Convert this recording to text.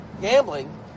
gambling